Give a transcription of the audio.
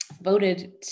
voted